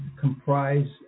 comprise